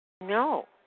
No